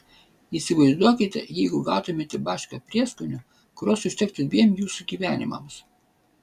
įsivaizduokite jeigu gautumėte bačką prieskonių kurios užtektų dviem jūsų gyvenimams